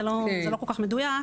זה לא כל כך מדויק.